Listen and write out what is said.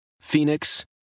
phoenix